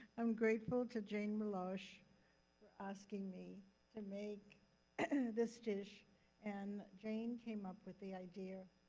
i'm grateful to jane milosh for asking me to make this dish and jane came up with the idea